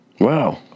Wow